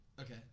Okay